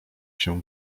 się